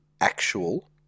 actual